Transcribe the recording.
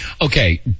okay